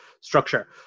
structure